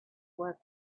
were